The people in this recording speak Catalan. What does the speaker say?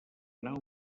nau